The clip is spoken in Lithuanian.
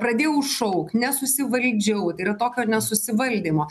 pradėjau šaukt nesusivaldžiau yra tokio nesusivaldymo